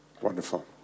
Wonderful